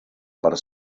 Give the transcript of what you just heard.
per